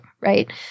right